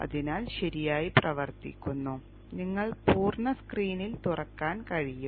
അതിനാൽ ശരിയായി പ്രവർത്തിക്കുന്നു നിങ്ങൾക്ക് പൂർണ്ണ സ്ക്രീനിൽ തുറക്കാൻ കഴിയും